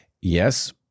Yes